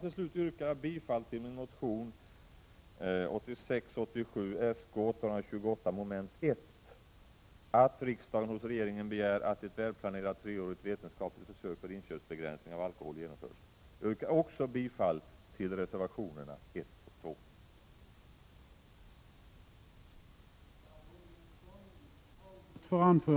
Till slut yrkar jag bifall till min motion 1986/87:Sk828 mom. 1 om att riksdagen hos regeringen begär att ett välplanerat treårigt vetenskapligt försök med inköpsbegränsning av alkohol genomförs. Jag yrkar också bifall till reservationerna 1 och 2.